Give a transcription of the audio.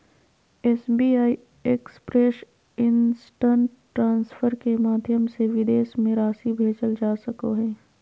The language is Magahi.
एस.बी.आई एक्सप्रेस इन्स्टन्ट ट्रान्सफर के माध्यम से विदेश में राशि भेजल जा सको हइ